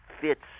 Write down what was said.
fits